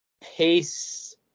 pace